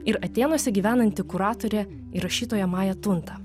ir atėnuose gyvenanti kuratorė ir rašytoja maja tunta